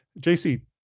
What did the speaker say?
JC